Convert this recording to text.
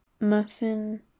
muffin